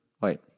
Wait